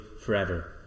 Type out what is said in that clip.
forever